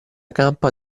campa